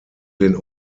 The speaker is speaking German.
den